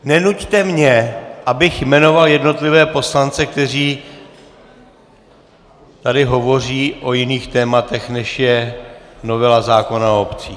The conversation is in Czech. Nenuťte mě, abych jmenoval jednotlivé poslance, kteří tady hovoří o jiných tématech, než je novela zákona o obcích.